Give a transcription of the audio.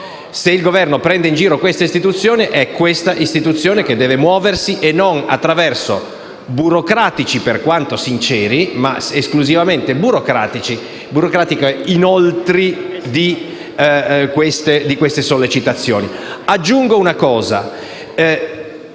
se il Governo prende in giro questa istituzione, è questa istituzione che deve muoversi e non attraverso burocratici, per quanto sinceri, ma esclusivamente burocratici, inoltri di sollecitazioni. Aggiungo una cosa: